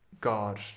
God